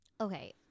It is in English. Okay